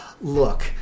Look